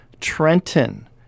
Trenton